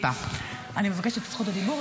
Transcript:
אני מבקשת את זכות הדיבור,